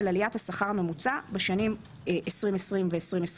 על עליית השכר הממוצע בשנים 2020 ו-2021.